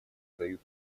дают